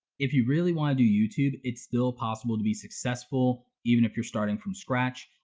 if you really wanna do youtube, it's still possible to be successful even if you're starting from scratch.